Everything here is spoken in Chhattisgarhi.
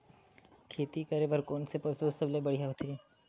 खेती करे बर कोन से पशु सबले बढ़िया होथे?